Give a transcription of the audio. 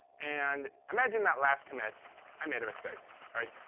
and imagine that last commit i made a mistake. right?